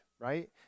right